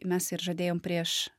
mes ir žadėjom prieš